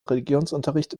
religionsunterricht